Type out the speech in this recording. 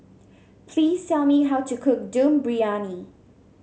please tell me how to cook Dum Briyani